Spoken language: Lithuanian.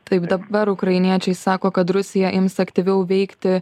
taip dabar ukrainiečiai sako kad rusija ims aktyviau veikti